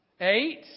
Eight